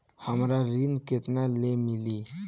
हमरा ऋण केतना ले मिली?